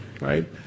right